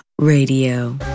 Radio